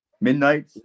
Midnight